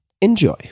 enjoy